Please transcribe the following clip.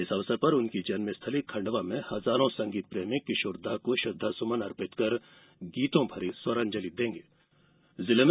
इस अवसर पर उनकी जन्म स्थली खण्डवा में हजारों संगीतप्रेमी किशोरदा को श्रद्वासुमन अर्पित कर गीतों भरी स्वरांजली देंगे